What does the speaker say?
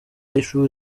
y’ishuri